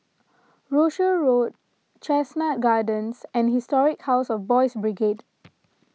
Rochor Road Chestnut Gardens and Historic House of Boys' Brigade